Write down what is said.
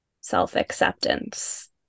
self-acceptance